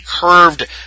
curved